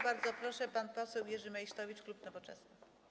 Bardzo proszę, pan poseł Jerzy Meysztowicz, klub Nowoczesna.